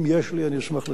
אם יש לי אני אשמח לתת.